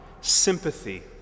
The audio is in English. sympathy